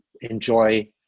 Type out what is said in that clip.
enjoy